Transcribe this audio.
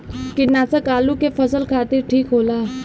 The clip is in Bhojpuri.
कीटनाशक आलू के फसल खातिर ठीक होला